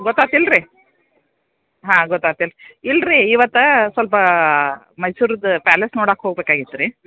ಗೊತ್ತಾತಿಲ್ಲ ರೀ ಹಾಂ ಗೊತ್ತಾತಿಲ್ಲ ಇಲ್ಲರೀ ಇವತ್ತು ಸ್ವಲ್ಪ ಮೈಸೂರ್ದು ಪ್ಯಾಲೆಸ್ ನೋಡಾಕ ಹೋಗ್ಬೇಕಾಗಿತ್ತು ರೀ